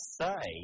say